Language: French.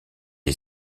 est